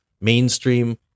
mainstream